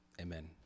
amen